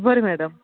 बरे मॅडम